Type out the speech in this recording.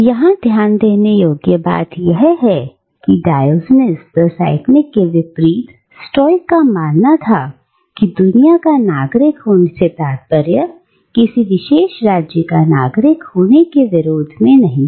यहां ध्यान देने योग्य बात यह है कि डायोजनीज द साइनिक के विपरीत स्टोइक का मानना था कि दुनिया का नागरिक होने से तात्पर्य किसी विशेष राज्य का नागरिक होने के विरोध में नहीं था